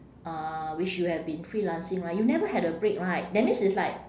uh which you have been freelancing right you never had a break right that means it's like